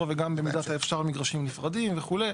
וגם במידת האפשר מגרשים נפרדים וכו'.